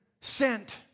sent